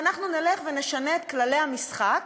ואנחנו נלך ונשנה את כללי המשחק,